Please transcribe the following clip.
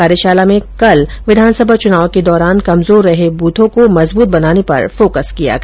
कार्यशाला में विधानसभा चुनाव के दौरान कमजोर रहे बूथों को मजबूत बनाने पर फोकस किया गया